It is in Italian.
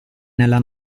nella